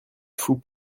fou